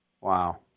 Wow